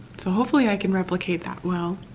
so hopefully i can replicate that well,